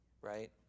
right